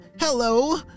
hello